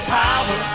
power